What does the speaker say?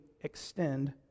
extend